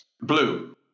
Blue